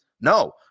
no